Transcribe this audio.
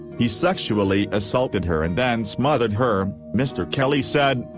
he sexually assaulted her and then smothered her, mr. kelly said,